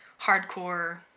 hardcore